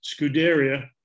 Scuderia